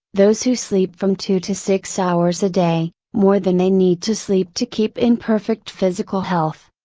those who sleep from two to six hours a day, more than they need to sleep to keep in perfect physical health.